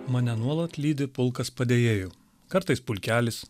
mane nuolat lydi pulkas padėjėjų kartais pulkelis